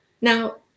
now